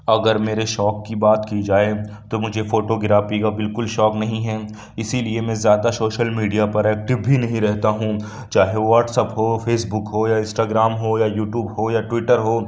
اگر میرے شوق کی بات کی جائے تو مجھے فوٹو گرافی كا بالكل شوق نہیں ہے اِسی لیے میں زیادہ شوشل میڈیا پر ایکٹیو بھی نہیں رہتا ہوں چاہے واٹسایپ ہو فیس بک ہو یا انسٹاگرام ہو یا یوٹیوب ہو یا ٹویٹر ہو